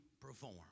perform